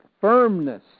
Firmness